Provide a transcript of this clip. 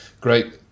Great